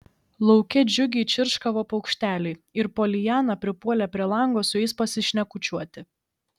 lauke džiugiai čirškavo paukšteliai ir poliana pripuolė prie lango su jais pasišnekučiuoti